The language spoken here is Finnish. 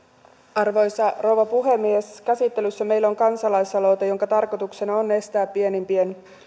arvoisa rouva puhemies käsittelyssä meillä on kansalaisaloite jonka tarkoituksena on estää pienimpien